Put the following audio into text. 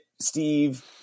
Steve